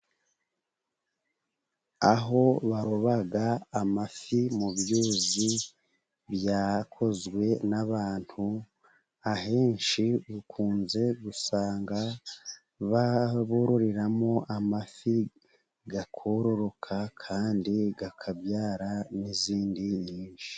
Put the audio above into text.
Aho baroba amafi mu byuzi byakozwe n'abantu, ahenshi bakunze gusanga ba bororeramo amafi, akororoka kandi akabyara n'ayandi menshi.